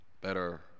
better